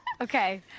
Okay